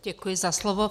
Děkuji za slovo.